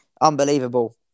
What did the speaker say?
unbelievable